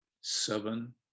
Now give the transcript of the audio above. seven